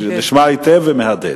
הוא נשמע היטב ומהדהד.